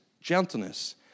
gentleness